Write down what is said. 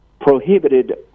prohibited